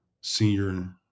senior